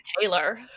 Taylor